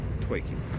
tweaking